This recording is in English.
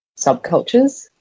subcultures